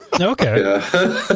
Okay